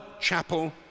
chapel